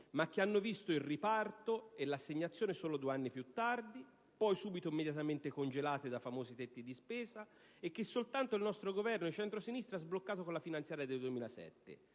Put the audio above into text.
ma che hanno visto il riparto e l'assegnazione solo due anni più tardi, poi immediatamente congelate dai famosi tetti di spesa, e che soltanto il nostro Governo di centrosinistra ha sbloccato con la finanziaria del 2007.